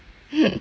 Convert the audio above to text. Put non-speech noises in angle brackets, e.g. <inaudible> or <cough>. <laughs>